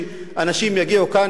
שאנשים יגיעו לכאן,